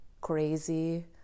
crazy